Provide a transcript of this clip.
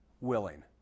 Willing